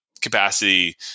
capacity